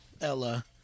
Ella